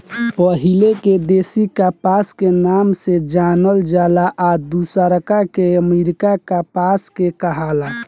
पहिले के देशी कपास के नाम से जानल जाला आ दुसरका के अमेरिकन कपास के कहाला